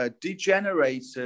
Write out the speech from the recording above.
degenerated